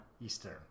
Eastern